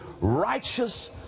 righteous